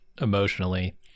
emotionally